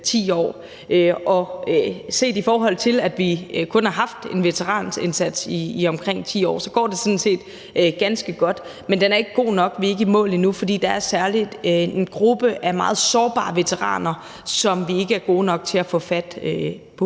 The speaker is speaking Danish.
10 år. Set i forhold til at vi kun har haft en veteranindsats i omkring 10 år, går det sådan set ganske godt. Men den er ikke god nok, vi er ikke i mål endnu, for der er særlig en gruppe af meget sårbare veteraner, som vi ikke er gode nok til at få fat på